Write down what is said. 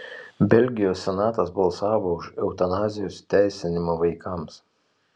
belgijos senatas balsavo už eutanazijos įteisinimą vaikams